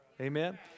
Amen